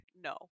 no